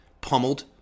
pummeled